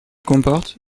comporte